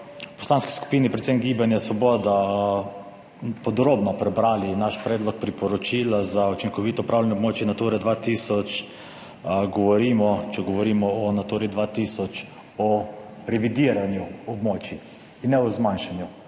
poslanski skupini predvsem Gibanje Svoboda podrobno prebrali naš predlog priporočila za učinkovito upravljanje območij Natura 2000, govorimo, če govorimo o Naturi 2000, o revidiranju območij in ne o zmanjšanju.